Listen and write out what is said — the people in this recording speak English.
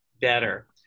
better